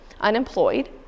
unemployed